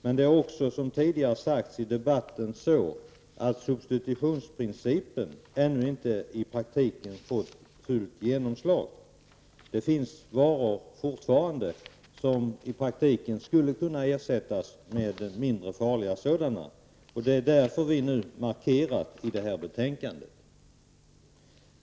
Men substitutionsprincipen har, som tidigare sagts i debatten, ännu inte i praktiken fått fullt genomslag. Det finns fortfarande varor som i praktiken skulle kunna ersättas med mindre farliga sådana. Det är därför vi markerar i detta betänkande.